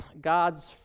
God's